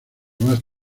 más